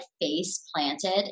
face-planted